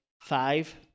five